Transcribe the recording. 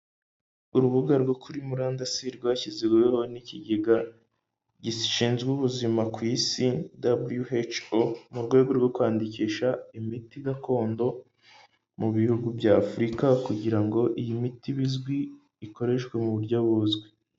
Urubuga rwo kuri murandasi rwashyizweho n'ikigega gishinzwe ubuzima ku isi WHO, mu rwego rwo kwandikisha imiti gakondo mu bihugu bya Africa, kugira ngo iyi miti ibe izwi, ikoreshwe mu buryo buzwi.